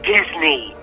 Disney